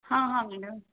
हां हां मॅडम